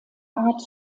art